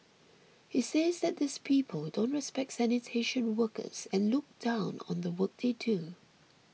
he says that these people don't respect sanitation workers and look down on the work they do